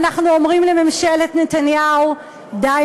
שבו אנחנו אומרים לממשלת נתניהו: די,